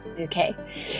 Okay